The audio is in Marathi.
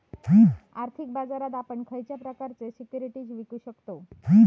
आर्थिक बाजारात आपण खयच्या प्रकारचे सिक्युरिटीज विकु शकतव?